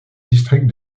district